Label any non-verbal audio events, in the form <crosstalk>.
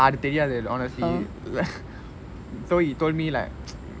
அது தெரியாது:athu theriyaathu honestly <laughs> so he told me like <noise>